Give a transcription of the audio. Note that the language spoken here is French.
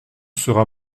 sera